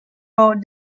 board